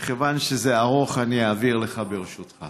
מכיוון שזה ארוך, אני אעביר לך, ברשותך.